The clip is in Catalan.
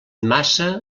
massa